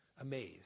amazed